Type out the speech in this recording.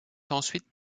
ensuite